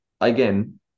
again